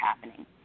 happening